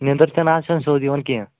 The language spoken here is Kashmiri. نیٚنٛدٕر تہِ نہ حظ چھَنہٕ سیوٚد یِوان کیٚنہہ